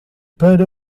para